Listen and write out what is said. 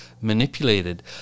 manipulated